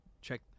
check